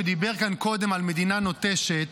שדיבר כאן קודם על מדינה נוטשת,